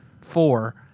four